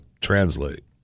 translate